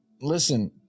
Listen